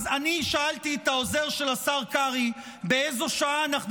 אז אני שאלתי את העוזר של השר קרעי באיזו שעה אנחנו